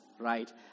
right